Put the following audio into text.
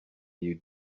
you